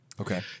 Okay